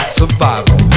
survival